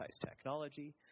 technology